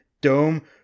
Dome